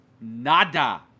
Nada